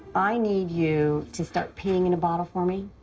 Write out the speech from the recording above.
i need you to start peeing in a bottle for me.